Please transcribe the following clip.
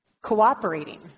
cooperating